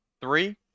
Three